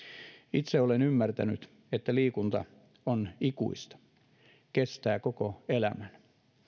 itse olen ymmärtänyt että liikunta on ikuista kestää koko elämän